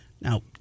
Now